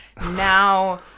now